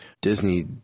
Disney